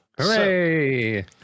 Hooray